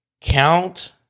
count